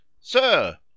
Sir